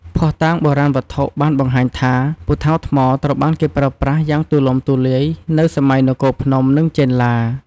ភស្តុតាងបុរាណវត្ថុបានបង្ហាញថា ពូថៅថ្មត្រូវបានគេប្រើប្រាស់យ៉ាងទូលំទូលាយនៅសម័យនគរភ្នំ និងចេនឡា។